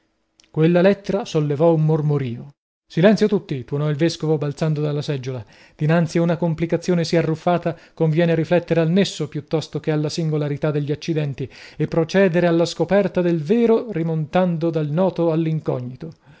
quella lettera sollevò un mormorio silenzio tutti tuonò il vescovo balzando dalla seggiola dinanzi a una complicazione sì arruffata convien riflettere al nesso piuttosto che alla singolarità degli accidenti e procedere alla scoperta del vero rimontando dal noto all'incognito